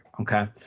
Okay